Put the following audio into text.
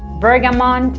bergamot, and